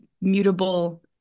mutable